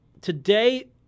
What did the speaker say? today